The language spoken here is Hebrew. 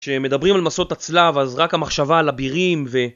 כשמדברים על מסות הצלב אז רק המחשבה על אבירים ו...